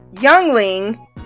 youngling